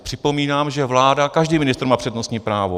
Připomínám, že vláda, každý ministr má přednostní právo.